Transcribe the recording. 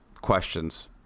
questions